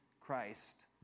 Christ